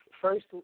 First